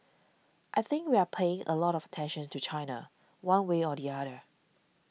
I think we are paying a lot of tension to China one way or the other